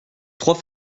trois